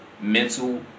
mental